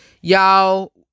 y'all